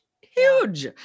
huge